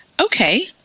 okay